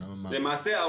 למעשה,